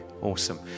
Awesome